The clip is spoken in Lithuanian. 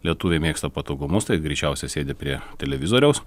lietuviai mėgsta patogumus tai greičiausiai sėdi prie televizoriaus